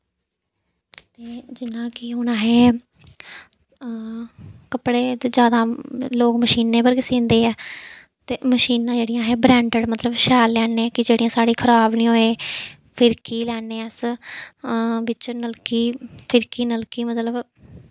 जियां कि हून असें कपड़े ते जादा लोग मशीने पर गै सींदे ऐ ते मशीनां जेह्ड़ियां अस ब्रैंडिड मतलब शैल लैन्ने कि जेह्ड़ी साढ़ी खराब निं होऐ फिरकी लैन्ने अस बिच्च नलकी फिरकी नलकी मतलब